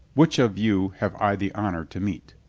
which of you have i the honor to meet?